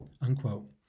unquote